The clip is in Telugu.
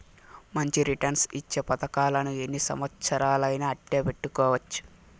మంచి రిటర్న్స్ ఇచ్చే పతకాలను ఎన్ని సంవచ్చరాలయినా అట్టే పెట్టుకోవచ్చు